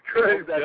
crazy